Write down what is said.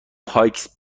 پایکس